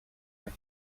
like